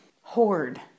hoard